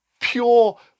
Pure